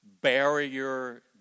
barrier